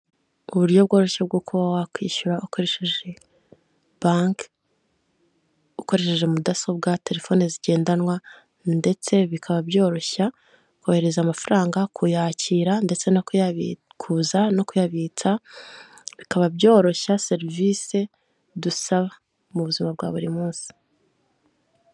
Uburyo bworoshye bwo kuba wakwishyura ukoresheje banki, ukoresheje mudasobwa, telefoni zigendanwa ndetse bikaba byoroshya kohereza amafaranga, kuyakira ndetse no kuyabikuza, no kuyabitsa, bikaba byoroshya serivisi dusaba mu buzima bwa buri munsi.